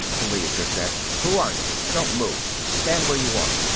the leiter said. who are you? don't move. stand where you are.